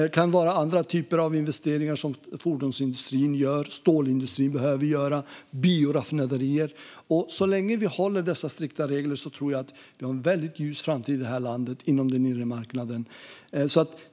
Det kan vara andra typer av investeringar, som till exempel fordonsindustrin gör och som stålindustrin behöver göra. Det kan också gälla bioraffinaderier. Så länge man håller dessa strikta regler tror jag att det här landet har en väldigt ljus framtid inom den inre marknaden.